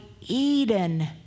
Eden